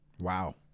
Wow